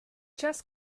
just